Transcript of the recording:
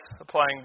applying